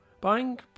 Buying